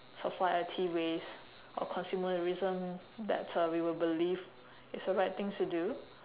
society ways or consumerism that uh we will believe is the right things to do